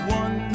one